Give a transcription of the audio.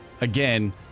again